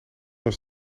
was